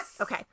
Okay